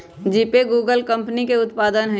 GPay Google कंपनी के उत्पाद हइ